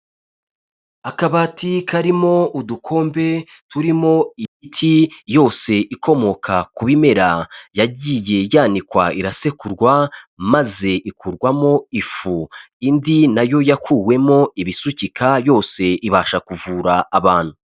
Akabati karimo udukombe turimo imiti yose ikomoka ku bimera, yagiye yanikwa irasekurwa maze ikurwamo ifu, indi na yo yakuwemo ibisukika yose ibasha kuvura abantu.